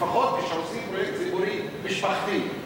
לפחות כשעושים פרויקט ציבורי משפחתי,